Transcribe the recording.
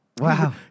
Wow